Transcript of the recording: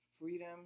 freedom